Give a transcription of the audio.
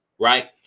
right